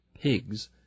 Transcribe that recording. pigs—